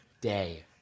day